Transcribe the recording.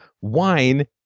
wine